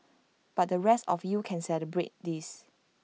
but the rest of you can celebrate this